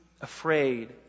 afraid